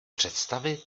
představit